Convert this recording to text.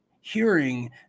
hearing